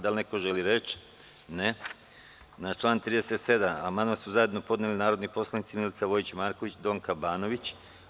Da li neko želi reč?(Ne) Na član 37. amandman su zajedno podneli narodni poslanici Milica Vojić Marković i Donka Banović.